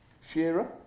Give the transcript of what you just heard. Shearer